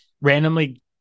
randomly